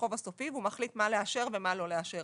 החוב הסופי והוא מחליט מה לאשר ומה לא לאשר.